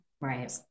Right